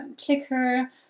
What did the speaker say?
clicker